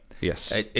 Yes